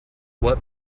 what